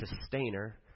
sustainer